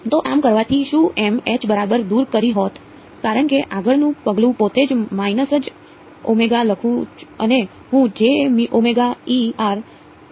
તો આમ કરવાથી શું મેં બરાબર દૂર કરી હોત કારણ કે આગળનું પગલું પોતે જ માઇનસ j ઓમેગા લખું છું અને હું અવેજી કરું છું